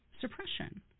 suppression